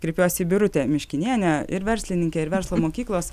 kreipiuosi į birute miškinienę ir verslininkę ir verslo mokyklos